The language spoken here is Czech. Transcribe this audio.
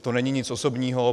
To není nic osobního.